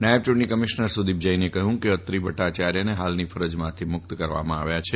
નાયબ ચૂંટણી કમિશનર સુદીપ જૈને જણાવ્યું કે અત્રી ભદ્દાચાર્યને હાલની ફરજમાંથી મુક્ત કરવામાં આવે છે